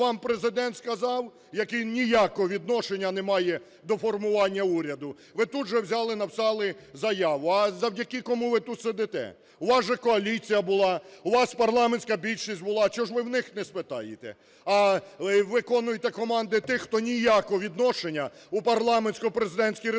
ви тут же взяли написали заяву. А завдяки кому ви тут сидите? У вас же коаліція була, у вас парламентська більшість була. Чого ж ви в них не спитаєте, а виконуєте команди тих, хто ніякого відношення у парламентсько-президентській республіці